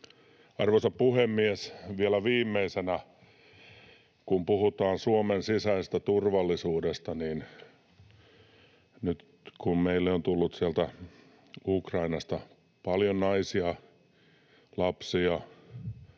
Arvoisa puhemies! Vielä viimeisenä: Kun puhutaan Suomen sisäisestä turvallisuudesta, niin nyt kun meille on tullut sieltä Ukrainasta paljon naisia, lapsia,